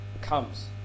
comes